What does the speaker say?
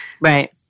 Right